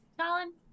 Colin